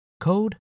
code